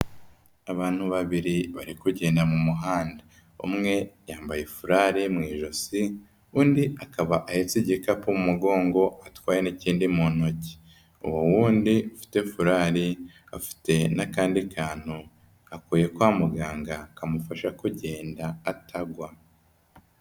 Abantu babiri bari kugenda mu muhanda. Umwe yambaye furare mu ijosi, undi akaba ahetse igikapu mu mugongo, atwaye n'ikindi mu ntoki. Uwo wundi ufite furari, afite n'akandi kantu akuye kwa muganga, kamufasha kugenda atagwa.